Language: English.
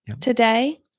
today